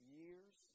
years